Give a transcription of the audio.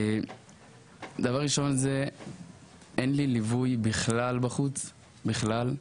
דבר ראשון, אין לי ליווי בכלל בחוץ, בכלל,